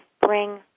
bring